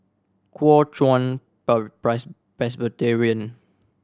Kuo Chuan Presbyterian